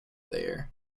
there